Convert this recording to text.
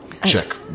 Check